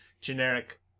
generic